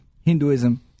Hinduism